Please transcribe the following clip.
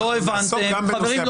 נעסוק גם בנושא --- חברים,